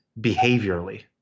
behaviorally